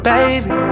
Baby